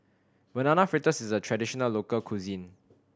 Banana Fritters is a traditional local cuisine